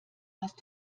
hast